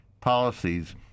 policies